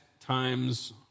times